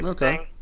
Okay